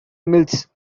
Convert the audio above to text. mills